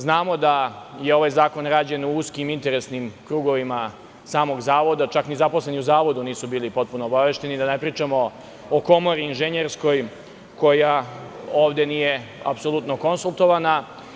Znamo da je ovaj zakon rađen u uskim interesnim krugovima samog Zavoda, čak ni zaposleni u Zavodu nisu bili potpuno obavešteni, a da ne pričamo o Komori inženjerskoj, koja ovde nije apsolutno konsultovana.